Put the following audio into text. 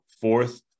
Fourth